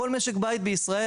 כל משק בית בישראל,